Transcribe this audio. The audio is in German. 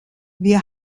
wir